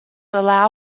allow